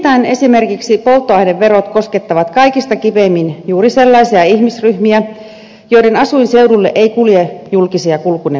nimittäin esimerkiksi polttoaineverot koskettavat kaikista kipeimmin juuri sellaisia ihmisryhmiä joiden asuinseuduille ei kulje julkisia kulkuneuvoja